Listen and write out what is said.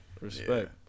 respect